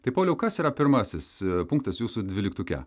tai pauliau kas yra pirmasis punktas jūsų dvyliktuke